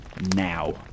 now